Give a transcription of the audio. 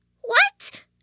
What